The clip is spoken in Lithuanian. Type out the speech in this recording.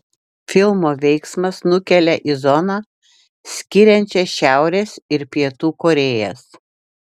filmo veiksmas nukelia į zoną skiriančią šiaurės ir pietų korėjas